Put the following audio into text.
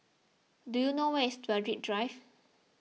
do you know where is Berwick Drive